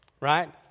right